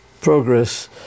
progress